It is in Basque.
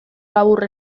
labur